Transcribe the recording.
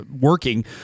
working